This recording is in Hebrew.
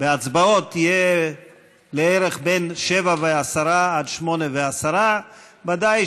בהצבעות, תהיה לערך מ-19:10 עד 20:10. ודאי